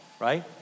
right